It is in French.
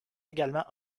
également